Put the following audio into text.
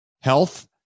health